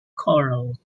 corals